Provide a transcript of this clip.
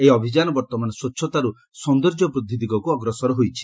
ଏହି ଅଭିଯାନ ବର୍ତ୍ତମାନ ସ୍ୱଚ୍ଚତାରୁ ସୌନ୍ଦର୍ଯ୍ୟ ବୃଦ୍ଧି ଦିଗକୁ ଅଗ୍ରସର ହୋଇଛି